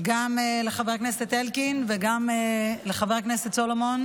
גם לחבר הכנסת אלקין וגם לחבר הכנסת סולומון